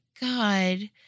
God